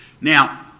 Now